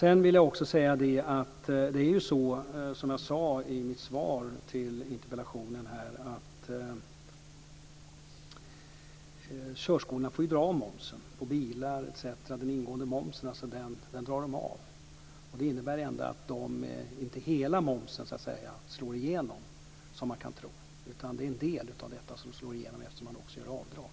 Jag vill också säga, som jag gjorde i svaret på interpellationen, att körskolorna får dra av den ingående momsen på bilar. Det innebär att inte hela momsen slår igenom, som man kan tro, utan det är en del av detta som slår igenom, eftersom man också gör avdrag.